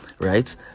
right